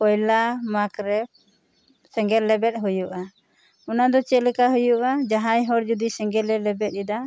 ᱯᱚᱭᱞᱟ ᱢᱟᱜᱽ ᱨᱮ ᱥᱮᱸᱜᱮᱞ ᱞᱮᱵᱮᱫ ᱦᱳᱭᱳᱜᱼᱟ ᱚᱱᱟ ᱫᱚ ᱪᱮᱫ ᱞᱮᱠᱟ ᱦᱳᱭᱳᱜᱼᱟ ᱡᱟᱦᱟᱸᱭ ᱦᱚᱲ ᱡᱩᱫᱤ ᱥᱮᱸᱜᱮᱞ ᱮ ᱞᱮᱵᱮᱫ ᱮᱫᱟ